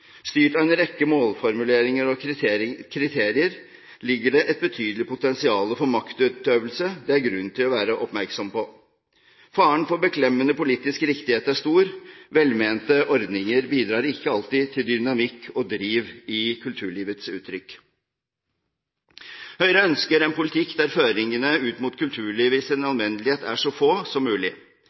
styrt av en rekke målformuleringer og kriterier, ligger det et betydelig potensial for maktutøvelse som det er grunn til å være oppmerksom på. Faren for beklemmende politisk riktighet er stor. Velmente ordninger bidrar ikke alltid til dynamikk og driv i kulturlivets uttrykk. Høyre ønsker en politikk der føringene ut mot kulturlivet i sin alminnelighet er så få som mulig,